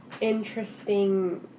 interesting